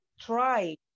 try